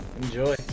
Enjoy